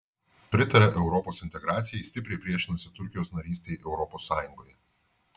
pritaria europos integracijai stipriai priešinasi turkijos narystei europos sąjungoje